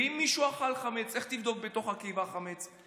אם מישהו אכל חמץ, איך תבדוק בתוך הקיבה חמץ?